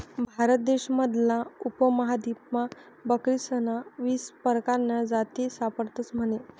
भारत देश मधला उपमहादीपमा बकरीस्न्या वीस परकारन्या जाती सापडतस म्हने